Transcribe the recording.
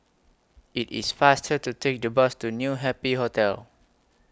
IT IS faster to Take The Bus to New Happy Hotel